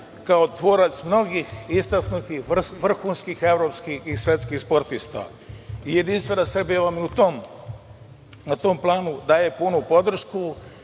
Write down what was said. kao tvorac mnogih istaknutih vrhunskih, evropskih i svetskih sportista. Jedinstvena Srbija vam na tom planu daju punu podršku.